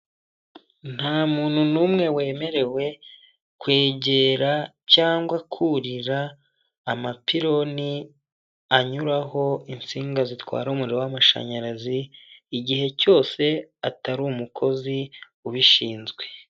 Nta muntu n'umwe wemerewe, kwegera cyangwa kurira amapironi anyuraho insinga zitwara umuriro w'amashanyarazi, igihe cyose atari umukozi ubishinzwe.